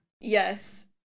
Yes